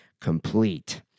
complete